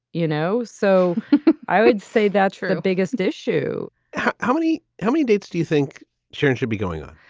you know. so i would say that's the biggest issue how many how many dates do you think sharon should be going on?